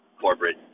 corporate